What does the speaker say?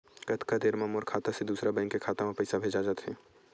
कतका देर मा मोर खाता से दूसरा बैंक के खाता मा पईसा भेजा जाथे?